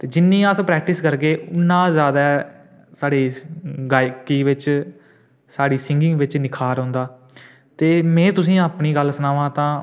ते जिन्नी प्रैक्टिस करगे उन्ना जैदा साढ़ी गायकी बिच साढ़ी सिंगिंग बिच निखार औंदा ते में तुसें ई अपनी गल्ल सनांऽ तां